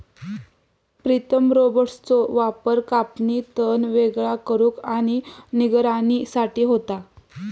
प्रीतम रोबोट्सचो वापर कापणी, तण वेगळा करुक आणि निगराणी साठी होता